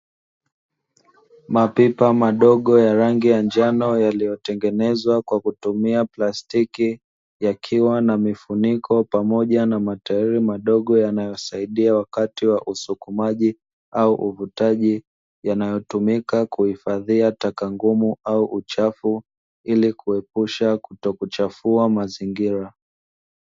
Mapipa madogo ya rangi ya njano yaliyotengenezwa kwa kutumia plastiki, yakiwa na mifuniko pamoja na matairi madogo yanayosaidia wakati wa usukumaji au uvutaji, yanayotumika kuhifadhia taka ngumu au uchafu, ili kuepusha kutokuchafua mazingira.